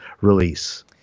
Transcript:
release